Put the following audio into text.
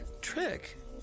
Trick